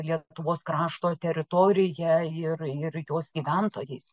lietuvos krašto teritorija ir ir jos gyventojais